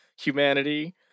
humanity